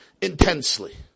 intensely